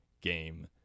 game